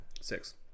Six